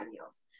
else